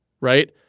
right